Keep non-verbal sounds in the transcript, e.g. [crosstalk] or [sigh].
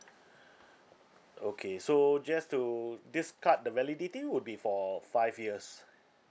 [breath] okay so just to this card the validity would be for five years